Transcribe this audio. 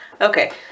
Okay